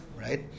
right